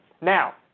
Now